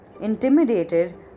Intimidated